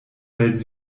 melden